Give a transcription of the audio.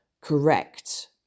correct